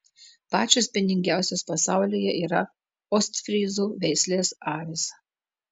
pačios pieningiausios pasaulyje yra ostfryzų veislės avys